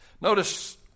Notice